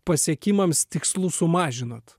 pasiekimams tikslus sumažinote